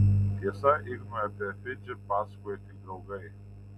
tiesa ignui apie fidžį pasakojo tik draugai